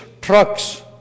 trucks